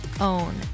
own